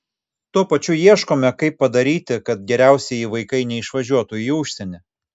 tuo pačiu ieškome kaip padaryti kad geriausieji vaikai neišvažiuotų į užsienį